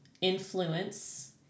influence